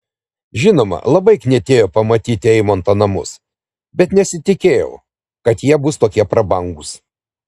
žinoma labai knietėjo pamatyti eimanto namus bet nesitikėjau kad jie bus tokie prabangūs